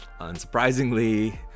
unsurprisingly